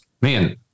man